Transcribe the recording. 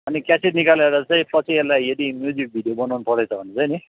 अनि क्यासेट निकालेर चाहिँ पछि यसलाई यदि म्युजिक भिडियो बनाउनु परेछ भने चाहिँ नि